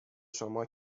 شما